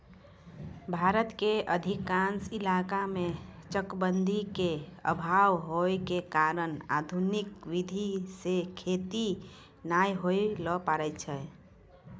भारत के अधिकांश इलाका मॅ चकबंदी के अभाव होय के कारण आधुनिक विधी सॅ खेती नाय होय ल पारै छै